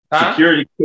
Security